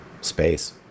space